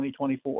2024